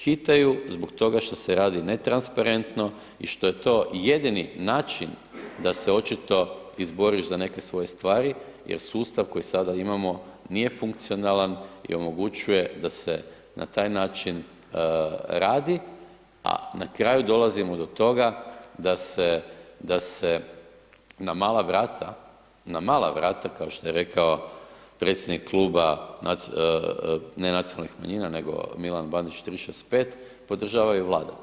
Hitaju zbog toga što se radi netransparentno i što je to jedini način da se očito izboriš za neke svoje stvari jer sustav koji sada imamo nije funkcionalan i omogućuje da se na taj način radi, a na kraju dolazimo do toga da se na mala vrata, na mala vrata, kao što je rekao predsjednik kluba, ne nacionalnih manjina, nego Milan Bandić 365, podržava i Vlada.